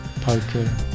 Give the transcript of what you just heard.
Poker